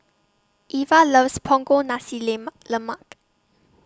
Evia loves Punggol Nasi Lemak Lemak